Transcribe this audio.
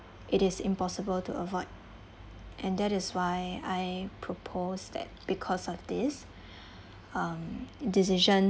it is impossible to avoid and that is why I propose that because of this um decisions